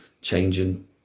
changing